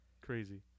Crazy